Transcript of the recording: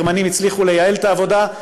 הגרמנים הצליחו לייעל את העבודה,